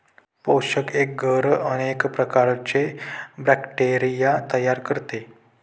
पोषक एग्गर अनेक प्रकारचे बॅक्टेरिया तयार करते